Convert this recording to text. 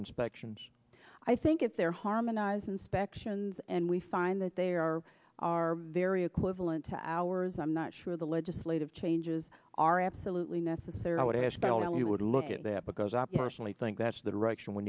inspections i think it's there harmonize inspections and we find that there are are very equivalent to our ours i'm not sure the legislative changes are absolutely necessary i would have spelled out we would look at that because i personally think that's the direction we